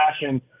fashion